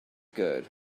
good